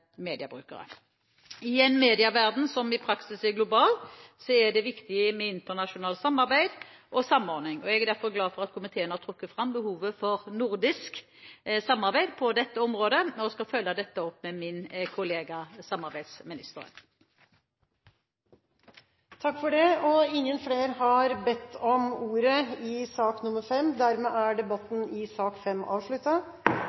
en medieverden som i praksis er global, er det viktig med internasjonalt samarbeid og samordning. Jeg er derfor glad for at komiteen har trukket fram behovet for nordisk samarbeid på dette området, og skal følge opp dette med min kollega samarbeidsministeren. Flere har ikke bedt om ordet til sak